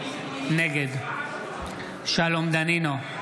נגד שלום דנינו,